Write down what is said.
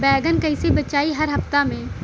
बैगन कईसे बेचाई हर हफ्ता में?